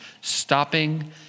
stopping